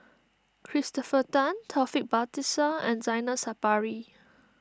Christopher Tan Taufik Batisah and Zainal Sapari